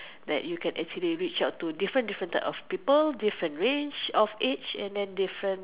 that you can actually reach out to different different type of people different range of age and different